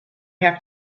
have